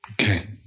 Okay